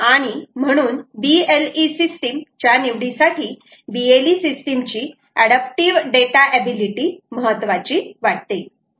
आणि म्हणून BLE system च्या निवडीसाठी BLE सिस्टिम ची अड़ाप्टिव्ह डेटा ऍबिलिटी महत्वाची वाटते